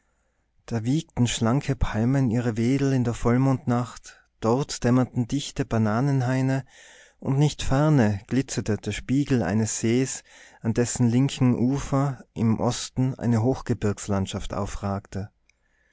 da wiegten schlanke palmen ihre wedel in der vollmondnacht dort dämmerten dichte bananenhaine und nicht ferne glitzerte der spiegel eines sees an dessen linkem ufer im osten eine hochgebirgslandschaft aufragte